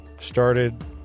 started